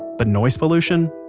but noise pollution?